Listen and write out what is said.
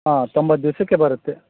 ಹಾಂ ತೊಂಬತ್ತು ದಿವ್ಸಕ್ಕೆ ಬರುತ್ತೆ